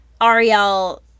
Ariel